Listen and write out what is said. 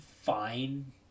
fine